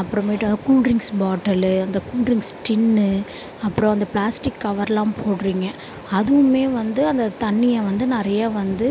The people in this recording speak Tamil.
அப்புறமேட்டா கூல் ட்ரிங்க்ஸ் பாட்டிலு அந்த கூல் ட்ரிங்க்ஸ் டின்னு அப்பறம் அந்த ப்ளாஸ்டிக் கவர்லாம் போடுறிங்க அதுவுமே வந்து அந்த தண்ணியை வந்து நிறைய வந்து